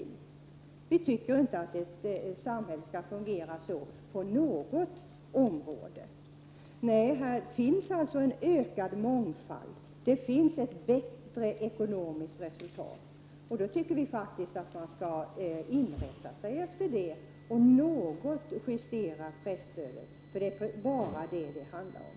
Vi tycker inte att ett samhälle skall fungera på ett sådant sätt på något område. Det finns alltså en ökad mångfald, och de ekonomiska resultaten är bättre. Då tycker vi i folkpartiet att tidningarna skall inrätta sig efter detta och att presstödet skall justeras något.. Det är nämligen bara detta det handlar om.